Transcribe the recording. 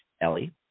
ellie